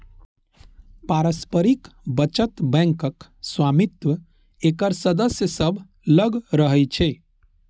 पारस्परिक बचत बैंकक स्वामित्व एकर सदस्य सभ लग रहै छै